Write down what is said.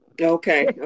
Okay